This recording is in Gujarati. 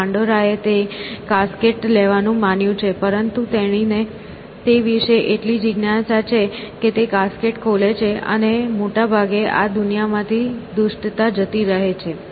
અને પાન્ડોરાએ તે કાસ્કેટ લેવાનું માન્યું છે પરંતુ તેણીને તે વિશે એટલી જિજ્ઞાસા છે કે તે કાસ્કેટ ખોલે છે અને મોટા ભાગે આ દુનિયામાંથી દુષ્ટતા જતી રહે છે